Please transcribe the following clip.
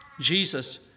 Jesus